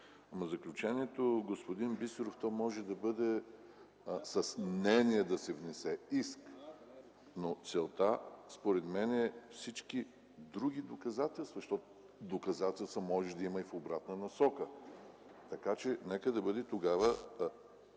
5. Заключението, господин Бисеров, може да бъде с мнение да се внесе иск, но според мен целта е: „всички други доказателства”, защото доказателства може да има и в обратна насока. Така че нека да бъде: